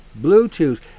bluetooth